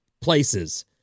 places